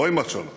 לא עם החלש.